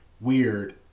weird